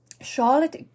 Charlotte